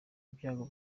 ibyago